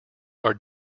are